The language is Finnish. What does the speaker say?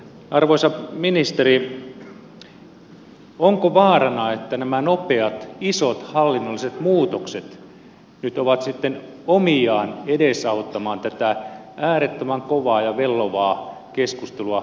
arvoisa ministeri onko vaarana että nämä nopeat isot hallinnolliset muutokset nyt ovat sitten omiaan edesauttamaan tätä äärettömän kovaa ja vellovaa keskustelua poliisin toiminnasta